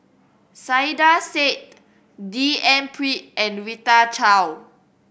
Saiedah Said D N Pritt and Rita Chao